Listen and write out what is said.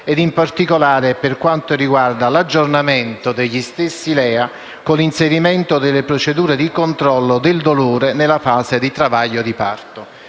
e, in particolare, per quanto riguarda l'aggiornamento degli stessi LEA con inserimento delle procedure di controllo del dolore nella fase di travaglio e di parto.